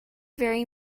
very